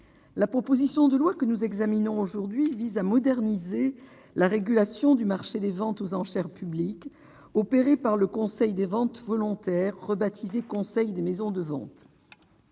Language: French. la proposition de loi que nous examinons aujourd'hui vise à moderniser la régulation du marché des ventes aux enchères publiques opérée par le Conseil des ventes volontaires rebaptisé Conseil des maisons de vente,